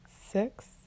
six